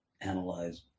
analyze